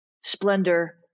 splendor